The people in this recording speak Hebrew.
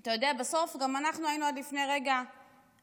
אתה יודע, גם אנחנו היינו עד לפני רגע הקואליציה.